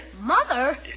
Mother